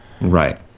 right